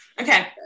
Okay